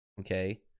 Okay